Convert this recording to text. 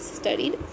studied